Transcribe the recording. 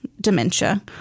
dementia